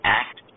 act